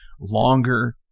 longer